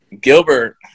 Gilbert